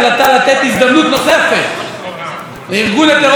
הזדמנות נוספת לארגון הטרור הרצחני,